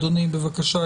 אדוני, בבקשה.